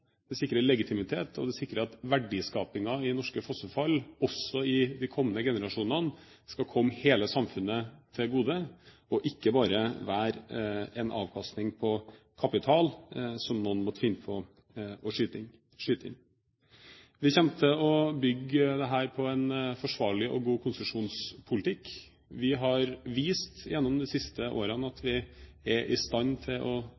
Det sikrer legitimitet, og det sikrer at verdiskapingen i norske fossefall også i de kommende generasjonene skal komme hele samfunnet til gode, og ikke bare være en avkastning på kapital som noen måtte finne på å skyte inn. Vi kommer til å bygge dette på en forsvarlig og god konsesjonspolitikk. Vi har gjennom de siste årene vist at vi er i stand til å